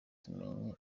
tumenye